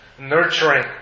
nurturing